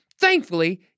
Thankfully